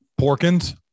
Porkins